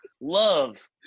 Love